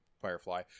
Firefly